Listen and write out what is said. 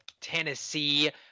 Tennessee